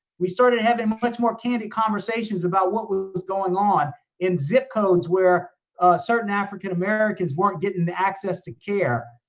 we started having much more candid conversations about what was going on in zip codes where certain african americans weren't getting the access to care.